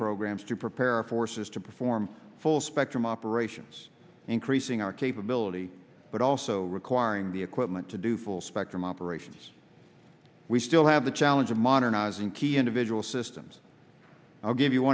programs to prepare a forces to perform full spectrum operations increasing our capability but also requiring the equipment to do full spectrum operations we still have the challenge of modernizing key individual systems i'll give you